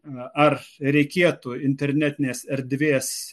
ar reikėtų internetinės erdvės